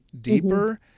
deeper